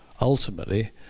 ultimately